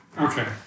Okay